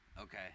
okay